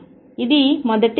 ఇది మొదటి సిద్ధాంతం